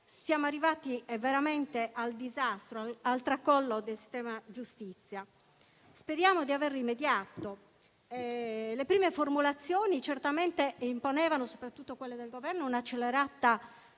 Siamo arrivati veramente al disastro, al tracollo del sistema giustizia. Speriamo di aver rimediato. Le prime formulazioni, soprattutto quelle del Governo, certamente